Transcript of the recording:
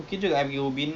ya